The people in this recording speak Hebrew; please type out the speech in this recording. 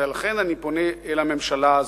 ולכן אני פונה אל הממשלה הזאת,